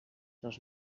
dos